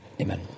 Amen